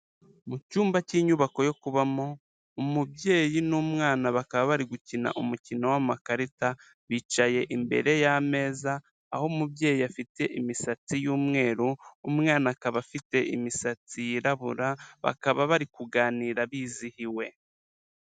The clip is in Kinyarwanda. Mu cyumba cy'inyubako yo kubamo, umubyeyi n'umwana bakaba bari gukina umukino w'amakarita, bicaye imbere y'ameza, aho umubyeyi afite imisatsi y'umweru, umwana akaba afite imisatsi yirabura, bakaba bari kuganira bizihiwe.